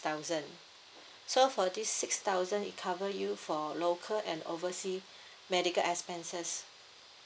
thousand so for this six thousand it cover you for local and oversea medical expenses